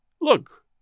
Look